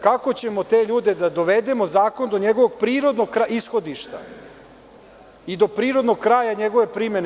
Kako ćemo te ljude da dovedemo i zakon do njegovog prirodnog ishodišta i do prirodnog kraja njegove primene?